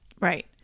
right